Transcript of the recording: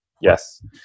Yes